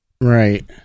right